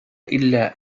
إلا